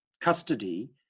custody